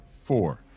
four